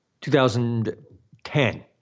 2010